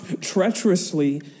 treacherously